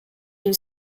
une